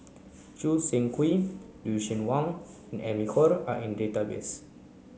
Choo Seng Quee Lucien Wang and Amy Khor are in database